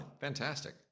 fantastic